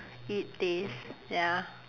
it taste ya